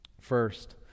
first